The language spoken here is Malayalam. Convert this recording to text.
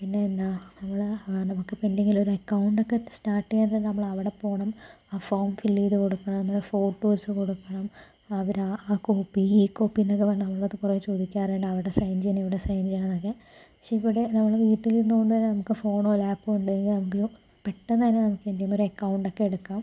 പിന്നെ എന്താ നമ്മള് നമ്മക്കിപ്പോൾ എന്തെങ്കിലൊരക്കൗണ്ട് ഒക്കെ സ്റ്റാർട്ട് ചെയ്യണമെങ്കിൽ നമ്മളവിടെ പോണം ഫോം ഫിൽ ചെയ്തു കൊടുക്കണം നമ്മള് ഫോട്ടോസ് കൊടുക്കണം അവരാ ആ കോപ്പി ഈ കോപ്പി എന്നൊക്കെ പറഞ്ഞു നമ്മളോട് കുറെ ചോദിക്കാറുണ്ട് അവിടെ സൈൻ ചെയ്യണം ഇവിടെ സൈൻ ചെയ്യണം എന്നൊക്കെ പക്ഷേ ഇവിടെ നമ്മള് വീട്ടിലിരുന്നോണ്ട് തന്നെ നമുക്ക് ഫോണോ ലാപ്പോ ഉണ്ടെങ്കിൽ നമുക്ക് പെട്ടെന്ന് തന്നെ നമുക്ക് എന്ത്ചെയ്യാം ഒരക്കൗണ്ടൊക്കെ എടുക്കാം